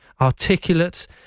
articulate